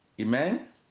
amen